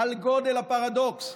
לגודל הפרדוקס.